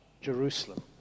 Jerusalem